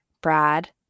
brad